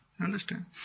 Understand